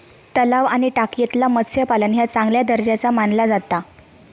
तलाव आणि टाकयेतला मत्स्यपालन ह्या चांगल्या दर्जाचा मानला जाता